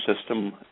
system